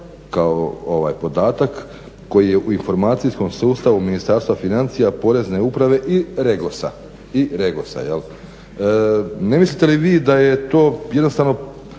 kao podatak koji je u informacijskom sustavu Ministarstva financija Porezne uprave i REGOS-a. Ne mislite li vi da je to jednostavno